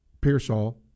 Pearsall